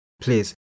please